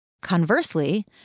Conversely